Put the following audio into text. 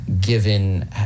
given